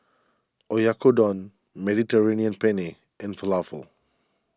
Oyakodon Mediterranean Penne and Falafel